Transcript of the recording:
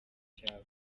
cyabo